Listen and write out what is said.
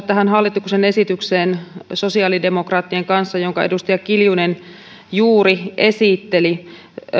tähän hallituksen esitykseen yhteinen pykälämuutosvastalause sosiaalidemokraattien kanssa jonka edustaja kiljunen juuri esitteli